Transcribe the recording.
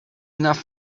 enough